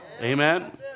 Amen